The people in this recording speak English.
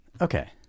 Okay